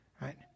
right